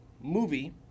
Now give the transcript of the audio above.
movie